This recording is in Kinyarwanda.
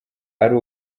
ari